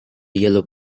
yellow